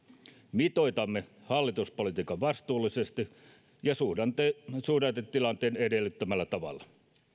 mitoitamme hallituspolitiikan vastuullisesti ja suhdannetilanteen edellyttämällä tavalla